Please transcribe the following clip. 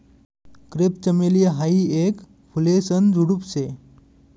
crepe चमेली हायी येक फुलेसन झुडुप शे